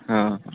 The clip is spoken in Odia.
ହଁ